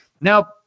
Now